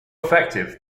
effective